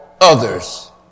others